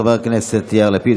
חבר הכנסת יאיר לפיד,